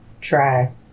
Try